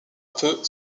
peu